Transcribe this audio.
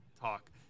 talk